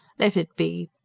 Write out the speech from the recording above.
let it be.